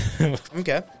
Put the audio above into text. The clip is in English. Okay